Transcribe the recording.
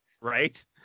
Right